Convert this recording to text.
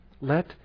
Let